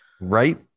right